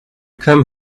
come